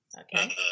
okay